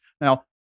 Now